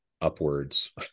upwards